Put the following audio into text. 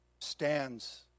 stands